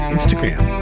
Instagram